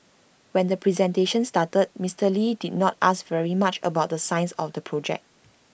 when the presentation started Mister lee did not ask very much about the science or the projects